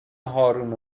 هارون